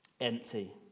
empty